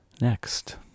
Next